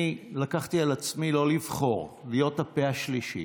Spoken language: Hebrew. אני לקחתי על עצמי לא לבחור, להיות הפה השלישי.